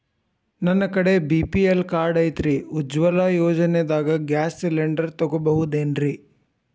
ನನ್ನ ಕಡೆ BPL card ಐತ್ರಿ, ಉಜ್ವಲಾ ಯೋಜನೆದಾಗ ಗ್ಯಾಸ್ ಸಿಲಿಂಡರ್ ತೊಗೋಬಹುದೇನ್ರಿ?